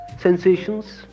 sensations